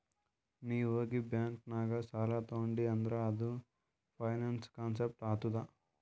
ನೀ ಹೋಗಿ ಬ್ಯಾಂಕ್ ನಾಗ್ ಸಾಲ ತೊಂಡಿ ಅಂದುರ್ ಅದು ಫೈನಾನ್ಸ್ ಕಾನ್ಸೆಪ್ಟ್ ಆತ್ತುದ್